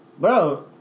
Bro